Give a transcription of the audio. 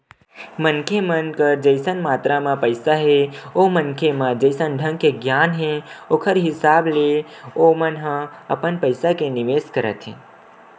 मनखे मन कर जइसन मातरा म पइसा हे ओ मनखे म जइसन ढंग के गियान हे ओखर हिसाब ले ओमन ह अपन पइसा के निवेस करत हे